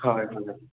हय थंय